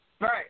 Right